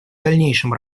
дальнейшем